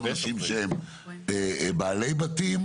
גם אנשים שהם בעלי בתים